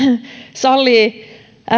sallii